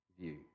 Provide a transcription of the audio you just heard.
view